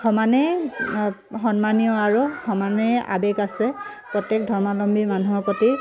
সমানেই সন্মানীয় আৰু সমানেই আৱেগ আছে প্ৰত্যেক ধৰ্মাৱলম্বী মানুহৰ প্ৰতি